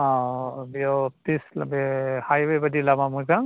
अह बेयाव थ्रिस किल' बे हाइवे बादि लामा मोजां